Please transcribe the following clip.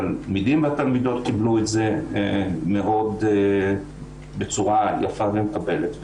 והתלמידים והתלמידות קיבלו את זה בצורה מאוד יפה ומקבלת.